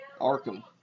Arkham